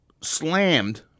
slammed